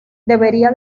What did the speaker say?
debería